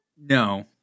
no